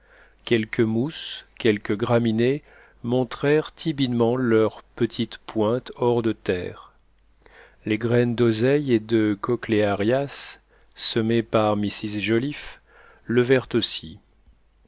quelques mousses quelques graminées montrèrent timidement leurs petites pointes hors de terre les graines d'oseille et de chochléarias semées par mrs joliffe levèrent aussi